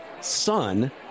son